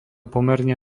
pomerne